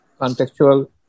contextual